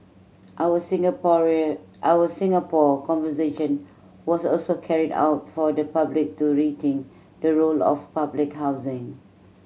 our Singaporean our Singapore Conversation was also carried out for the public to rethink the role of public housing